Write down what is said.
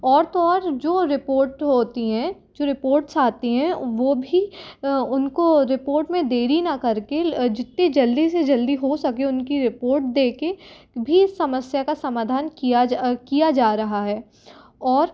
और तो और जो रिपोर्ट होती हैं जो रिपोर्ट्स आती हैं वो भी उनको रिपोर्ट में देरी ना कर के जितनी जल्दी से जल्दी हो सके उनकी रिपोर्ट दे कर भी समस्या का समाधान किया जा किया जा रहा है और